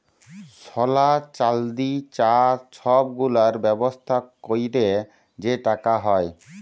সলা, চাল্দি, চাঁ ছব গুলার ব্যবসা ক্যইরে যে টাকা হ্যয়